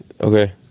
Okay